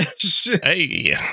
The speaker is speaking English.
Hey